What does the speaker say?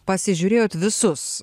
pasižiūrėjot visus